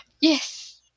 yes